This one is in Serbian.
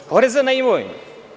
Iz poreza na imovinu.